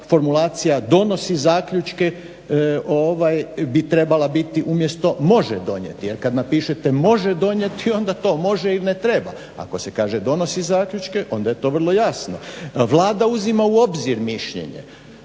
formulacija donosi zaključke, bi trebala biti umjesto može donijeti. Jer kada napišete može donijeti onda to može ili ne treba. Ako se kaže donosi zaključke onda je to vrlo jasno. Vlada uzima u obzir mišljenje.